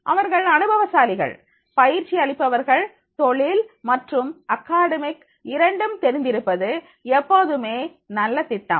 அவர்கள் அனுபவசாலிகள் பயிற்சி அளிப்பவர்கள் தொழில் மற்றும் அகடமிய இரண்டும் தெரிந்திருப்பது எப்போதுமே நல்ல திட்டம்